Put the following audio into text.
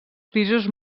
pisos